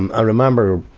and ah remember,